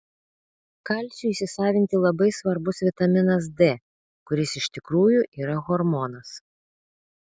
kalciui įsisavinti labai svarbus vitaminas d kuris iš tikrųjų yra hormonas